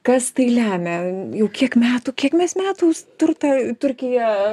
kas tai lemia jau kiek metų kiek mes metų us turtą turkiją